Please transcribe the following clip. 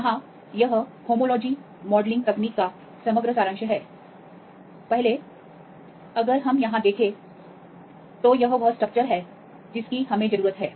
यहाँ यह homology modelling तकनीक का समग्र सारांश है पहला अगर हम यहां देखें तो यह वह स्ट्रक्चर है जिसकी हमें जरूरत है